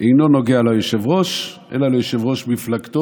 אינו נוגע ליושב-ראש אלא ליושב-ראש מפלגתו